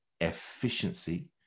efficiency